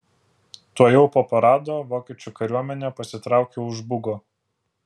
tuojau po parado vokiečių kariuomenė pasitraukė už bugo